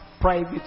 private